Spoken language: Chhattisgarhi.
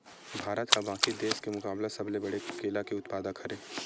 भारत हा बाकि देस के मुकाबला सबले बड़े केला के उत्पादक हरे